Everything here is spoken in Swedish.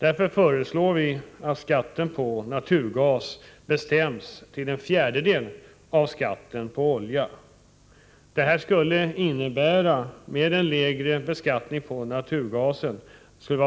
Därför föreslår vi att skatten på naturgas bestäms till en fjärdedel av skatten på olja. En lägre skatt på naturgas skulle